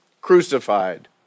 crucified